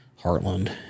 Heartland